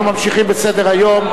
אנחנו ממשיכים בסדר-היום.